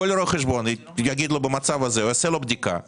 כל רואה חשבון יגיד לו במצב הזה ויעשה לו בדיקה.